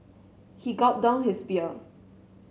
he gulped down his beer